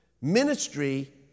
Ministry